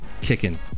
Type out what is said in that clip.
Kicking